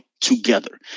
together